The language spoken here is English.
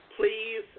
please